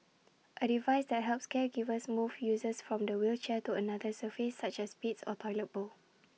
A device that helps caregivers move users from the wheelchair to another surface such as the bed or toilet bowl